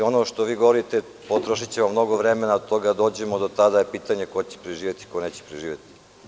Ono što vi govorite – potrošićemo mnogo vremena da do toga dođemo, do tada je pitanje ko će preživeti, a ko neće preživeti.